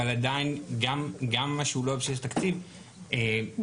אבל עדיין גם מה שהוא לא בבסיס התקציב --- ואתה